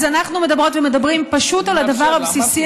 אז אנחנו מדברות ומדברים פשוט על הדבר הבסיסי